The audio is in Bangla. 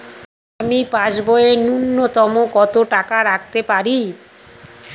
আমি পাসবইয়ে ন্যূনতম কত টাকা রাখতে পারি?